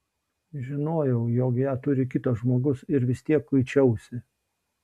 žinojau jog ją turi kitas žmogus ir vis tiek kuičiausi